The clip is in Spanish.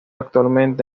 actualmente